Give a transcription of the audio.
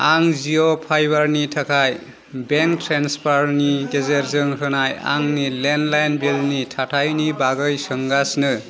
आं जिअ फाइबारनि थाखाय बेंक ट्रेन्सफारनि गेजेरजों होनाय आंनि लेन्डलाइन बिलनि थाथायनि बागै सोंगासिनो